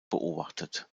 beobachtet